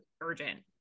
urgent